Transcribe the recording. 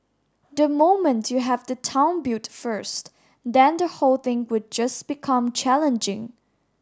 the moment you have the town built first then the whole thing would just become challenging